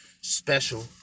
special